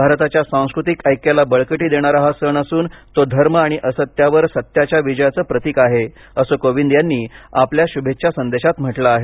भारताच्या सांस्कृतिक ऐक्याला बळकटी देणारा हा सण असून तो धर्म आणि असत्यावर सत्याच्या विजयाचं प्रतीक आहे असं कोविंद यांनी आपल्या शुभेच्छा संदेशात म्हटलं आहे